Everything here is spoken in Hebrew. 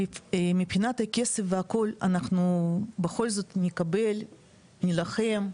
מבחינת הכסף והכול, אנחנו בכל זאת נקבל, נילחם,